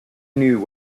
knew